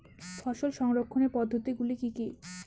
ফসল সংরক্ষণের পদ্ধতিগুলি কি কি?